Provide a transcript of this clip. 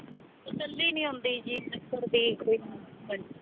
ਤਸੱਲੀ ਨਹੀਂ ਹੁੰਦੀ ਜੀ ਲੱਕੜ ਦੀ ਕੋਈ ਹਾਂਜੀ